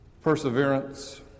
perseverance